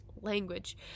language